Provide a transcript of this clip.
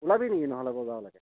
ওলাবি নেকি নহ'লে বজাৰলৈকে